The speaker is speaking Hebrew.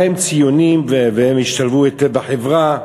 הרי הם ציונים, והם השתלבו היטב בחברה.